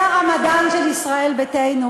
זה הרמדאן של ישראל ביתנו.